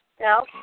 No